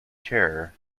chair